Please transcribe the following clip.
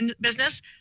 business